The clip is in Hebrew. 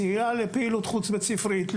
לפעילות חוץ בית-ספרית,